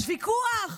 יש ויכוח,